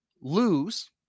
lose